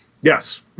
Yes